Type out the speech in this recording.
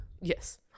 yes